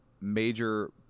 major